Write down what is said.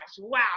wow